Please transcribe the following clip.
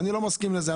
ואני לא מסכים לזה,